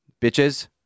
bitches